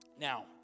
now